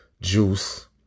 Juice